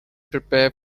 prepare